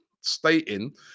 stating